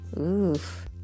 Oof